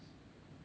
我会 ah